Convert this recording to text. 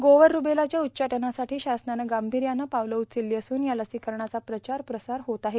गोवर रूबेलाच्या उच्चाटनासाठी शासनानं गांभीर्यानं पावलं उचलली असून या लसीकरणाचा प्रचार प्रसार होत आहे